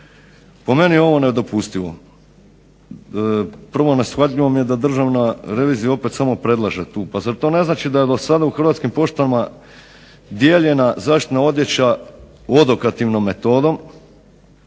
Po meni je ovo nedopustivo. Prvo neshvatljivo mi je da Državna revizija opet samo predlaže tu. Pa zar to ne znači da je do sada u Hrvatskim poštama dijeljena zaštitna odjeća odokativnom metodom